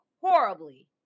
horribly